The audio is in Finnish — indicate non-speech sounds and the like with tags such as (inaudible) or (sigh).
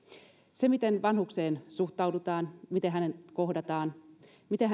se miten vanhukseen suhtaudutaan miten hänet kohdataan miten (unintelligible)